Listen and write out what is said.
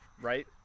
right